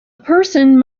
person